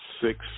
six